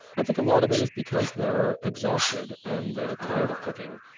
i think a lot of it is because they're exhausted and they're tired of cooking.